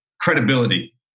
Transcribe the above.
credibility